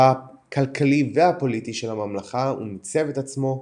הכלכלי והפוליטי של הממלכה ומיצב את עצמו כאוטוקרט.